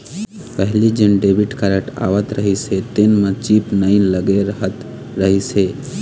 पहिली जेन debit card आवत रहिस हे तेन म चिप नइ लगे रहत रहिस हे